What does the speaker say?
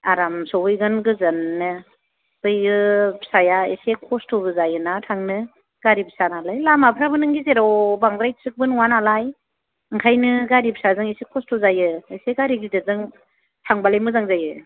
आराम सौहैगोन गोजोननो बैयो फिसाया एसे खस्थ'बो जायोना थांनो गारि फिसा नालाय लामाफ्राबो नों गेजेराव बांद्राय थिगबो नङा नालाय ओंखायनो गारि फिसाजों एसे खस्थ' जायो एसे गारि गिदिरजों थांबालाय मोजां जायो